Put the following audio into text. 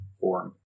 Form